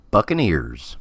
Buccaneers